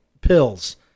pills